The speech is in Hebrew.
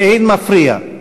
באין מפריע,